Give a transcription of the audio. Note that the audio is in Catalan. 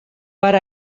per